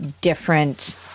different